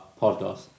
podcast